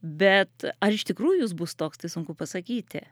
bet ar iš tikrųjų jis bus toks tai sunku pasakyti